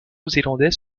zélandais